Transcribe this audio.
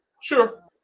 Sure